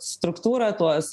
struktūrą tuos